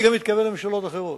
אני גם מתכוון לממשלות אחרות.